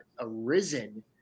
arisen